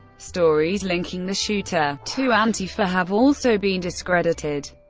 stories linking the shooter to antifa have also been discredited.